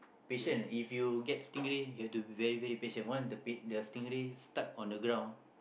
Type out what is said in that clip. patient eh if you get stingray you have to be very very patient once the the stingray stuck on the ground